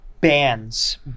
bands